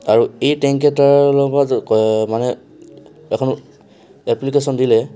আৰু এই টেংককেইটাৰ লগত মানে এখন এপলিকেশ্যন দিলে